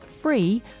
free